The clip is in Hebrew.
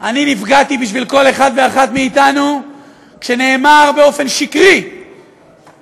אני נפגעתי בשביל כל אחד ואחת מאתנו כשנאמר באופן שקרי שטראמפ,